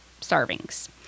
servings